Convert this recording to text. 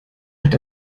hat